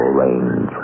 range